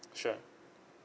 sure